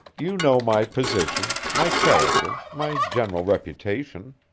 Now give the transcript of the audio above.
you know my position, my character, my general reputation.